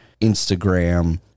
Instagram